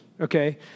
okay